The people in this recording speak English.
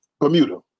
Bermuda